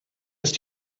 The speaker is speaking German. ist